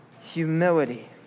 humility